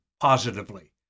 positively